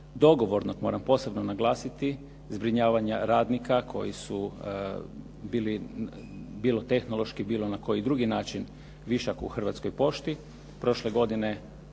dogovornog moram posebno naglasiti zbrinjavanja radnika koji su bilo tehnološki bilo na koji drugi način višak u Hrvatskoj pošti. Prošle godine,